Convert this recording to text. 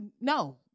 No